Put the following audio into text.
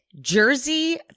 Jersey